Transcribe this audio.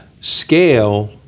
scale